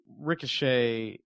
Ricochet